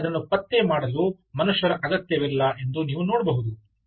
ನಿಮಗೆ ಅದನ್ನು ಪತ್ತೆ ಮಾಡಲು ಮನುಷ್ಯರ ಅಗತ್ಯವಿಲ್ಲ ಎಂದು ನೀವು ನೋಡಬಹುದು